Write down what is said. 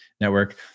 network